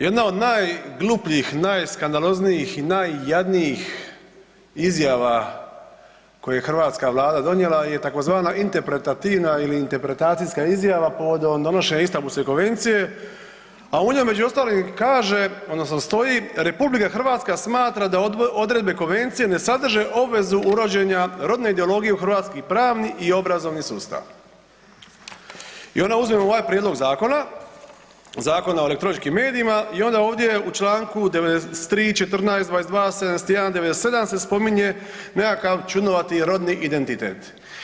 Jedna od najglupljih, najskandaloznijih i najjadnijih izjava koje je hrvatska Vlada donijela je tzv. interpretativna ili interpretacijska izjava povodom donošenja Istanbulske konvencije a u njoj među ostalim kaže odnosno stoji „RH smatra da odredbe Konvencije ne sadrže obvezu uvođenja rodne ideologije u hrvatski pravni i obrazovni sustav.“ I onda uzmemo ovaj prijedlog zakona, Zakona o elektroničkim medijima i onda ovdje u čl. 93., 14., 22., 71., 97. se spominje nekakav čudnovati rodni identitet.